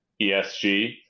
ESG